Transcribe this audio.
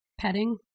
Petting